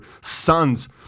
sons